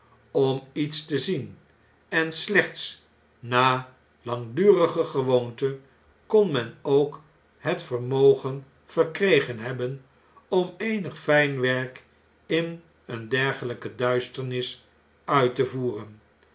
om iets te zien en slechts na langdurige gewoonte kon men ookhetvermogen verkregen hebben om eenig fijn werk in eene dergeljjke duisternis uit te voeren